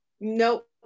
Nope